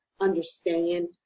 understand